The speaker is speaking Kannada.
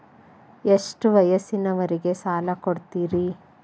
ಎಷ್ಟ ವಯಸ್ಸಿನವರಿಗೆ ಸಾಲ ಕೊಡ್ತಿರಿ?